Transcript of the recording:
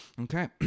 Okay